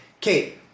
Kate